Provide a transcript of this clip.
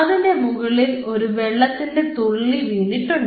അതിൻറെ മുകളിൽ ഒരു വെള്ളത്തിന്റെ തുള്ളി വീണിട്ടുണ്ട്